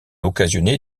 occasionner